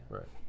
Right